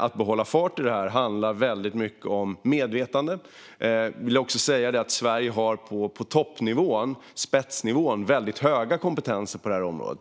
att hålla farten uppe i detta framöver handlar mycket om medvetande. Där vill jag säga att Sverige på toppnivån, spetsnivån, har höga kompetenser på detta område.